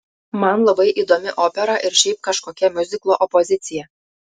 man labai įdomi opera ir šiaip kažkokia miuziklo opozicija